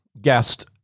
guest